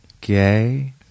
Gay